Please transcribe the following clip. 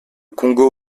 congo